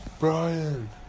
Brian